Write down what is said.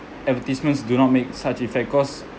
advertisements do not make such effect cause